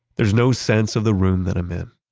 there's no sense of the room that i'm in.